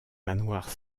manoirs